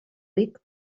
ric